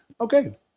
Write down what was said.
okay